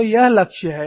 तो यह लक्ष्य है